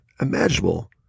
imaginable